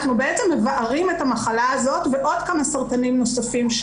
אנחנו בעצם מבערים את המחלה הזאת ועוד כמה סרטנים נוספים,